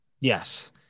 Yes